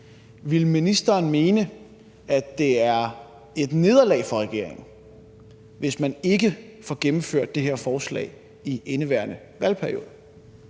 Vil ministeren mene, at det er et nederlag for regeringen, hvis man ikke får gennemført det her forslag i indeværende valgperiode?